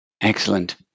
Excellent